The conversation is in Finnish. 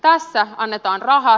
tässä annetaan rahat